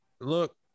Look